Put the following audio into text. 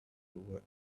were